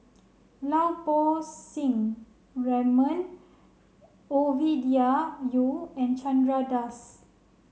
Lau Poo Seng Raymond Ovidia Yu and Chandra Das